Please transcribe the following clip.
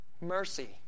Mercy